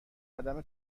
عدم